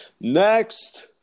next